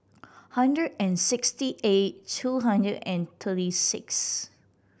hundred and sixty eight two hundred and thirty six